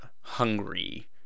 hungry